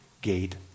gate